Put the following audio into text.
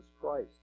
Christ